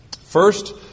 First